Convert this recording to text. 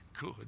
good